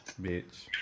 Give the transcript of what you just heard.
bitch